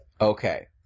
Okay